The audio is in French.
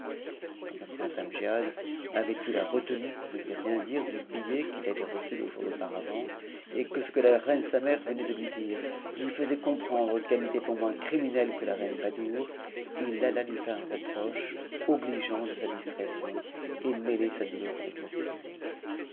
le prince amgiad avait eu la retenue de ne lui rien dire du billet qu'il avait reçu le jour d'auparavant et que ce que h reine sa mère venait de lui dire lui faisait comprendre qu'elle n'était pas moins criminehe que la reine badoure il alla lui faire un reproche obligeant de sa discrétion et mêler sa douleur avec la sienne